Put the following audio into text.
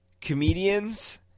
comedians